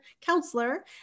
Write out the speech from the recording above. counselor